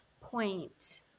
point